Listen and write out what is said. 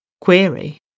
query